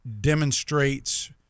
demonstrates